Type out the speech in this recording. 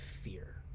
fear